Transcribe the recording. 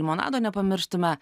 limonado nepamirštume